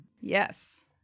Yes